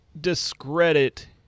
discredit